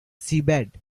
seabed